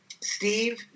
Steve